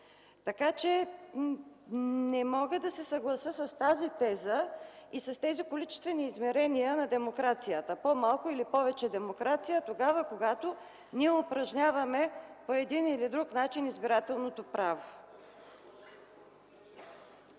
Така че не мога да се съглася с тази теза и с тези количествени измерения на демокрацията – по-малко или повече демокрация тогава, когато ние упражняваме по един или друг начин избирателното право.